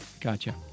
gotcha